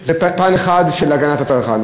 זה פן אחד של הגנת הצרכן.